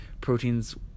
proteins